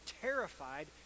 terrified